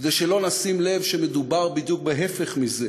כדי שלא נשים לב שמדובר בדיוק בהפך מזה,